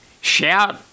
shout